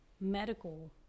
medical